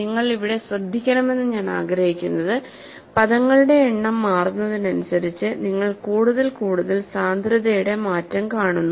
നിങ്ങൾ ഇവിടെ ശ്രദ്ധിക്കണമെന്ന് ഞാൻ ആഗ്രഹിക്കുന്നത് പദങ്ങളുടെ എണ്ണം മാറുന്നതിനനുസരിച്ച് നിങ്ങൾ കൂടുതൽ കൂടുതൽ സാന്ദ്രതയുടെ മാറ്റം കാണുന്നു